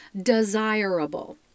desirable